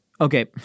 Okay